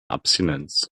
abstinenz